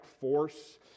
force